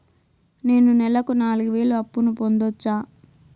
నేను నెలకు నాలుగు వేలు అప్పును పొందొచ్చా?